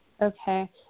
okay